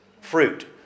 fruit